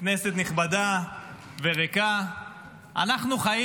ניסים ואטורי: תסתכל על המפה, זה בשפיץ.